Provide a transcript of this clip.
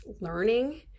learning